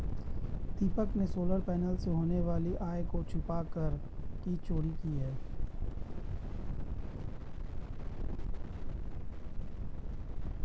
दीपक ने solar panel से होने वाली आय को छुपाकर कर की चोरी की है